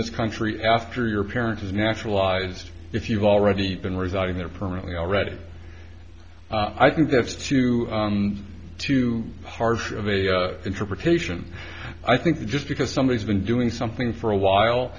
this country after your parent is naturalized if you've already been residing there permanently already i think that's too too harsh of a interpretation i think that just because somebody has been doing something for a while